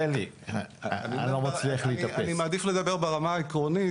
אני מעדיף לדבר ברמה העקרונית,